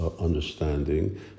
understanding